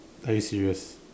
are you serious